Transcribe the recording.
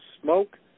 smoke